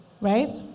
right